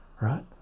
right